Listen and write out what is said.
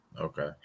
Okay